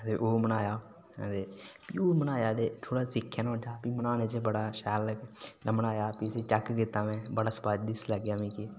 ते ओह् बनाया ते ओह् बनाया ते थोह्ड़ा सिक्खेआ नुहाड़े चा प्ही बनाना बड़ा शैल में बनाया प्ही उसी चैक कीता में बड़ा स्वादिष्ट लग्गेआ मिगी